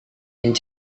yang